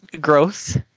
Gross